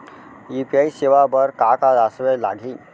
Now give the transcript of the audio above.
UPI सेवा बर का का दस्तावेज लागही?